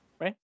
right